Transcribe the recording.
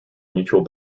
mutual